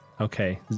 Okay